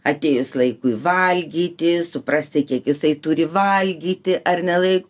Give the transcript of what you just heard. atėjus laikui valgyti suprasti kiek jisai turi valgyti ar nelai